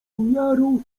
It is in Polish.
miarą